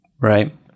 Right